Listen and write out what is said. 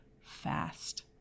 fast